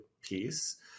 piece